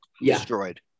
destroyed